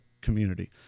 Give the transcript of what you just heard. community